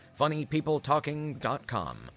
funnypeopletalking.com